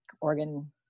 organ